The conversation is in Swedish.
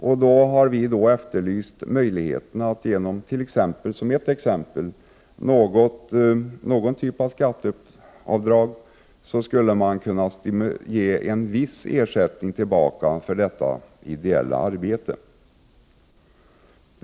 Därför har vi efterlyst möjligheten att t.ex. genom någon typ av skatteavdrag ge dessa en viss ersättning för ideellt arbete.